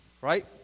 right